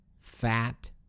fat